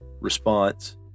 response